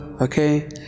Okay